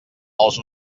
els